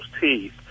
teeth